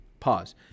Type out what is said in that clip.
Pause